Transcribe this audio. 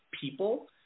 people